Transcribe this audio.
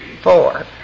Four